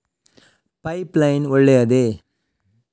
Pipe line ಒಳ್ಳೆಯದೇ?